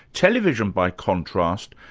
television, by contrast,